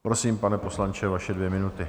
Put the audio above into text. Prosím, pane poslanče, vaše dvě minuty.